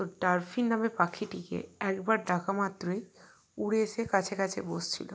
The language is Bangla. তো ডারফিন নামের পাখিটিকে একবার ডাকা মাত্রই উড়ে এসে কাছে কাছে বসছিল